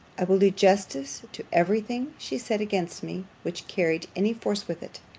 i will do justice to every thing she said against me, which carried any force with it.